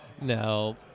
No